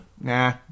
nah